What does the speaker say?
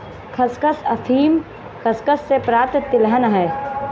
खसखस अफीम खसखस से प्राप्त तिलहन है